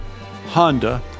Honda